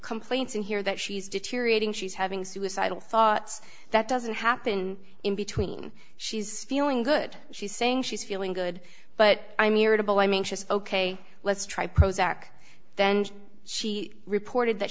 complaints in here that she's deteriorating she's having suicidal thoughts that doesn't happen in between she's feeling good she's saying she's feeling good but i married a boy i mean she's ok let's try prozac then she reported that